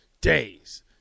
days